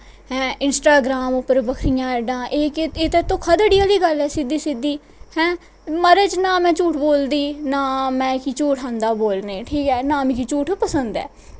हैं इंस्टाग्राम पर बक्खरियां ऐडां एह् ते दौखा देने आह्ली गल्ल ऐ सिद्धी सिद्धी हैं मारज ना में झूठ बोलदी ते ना मिगी झूठ आंदा बोलने गी ठीक ऐ नां मिगी झूठ पसंद ऐ